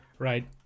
right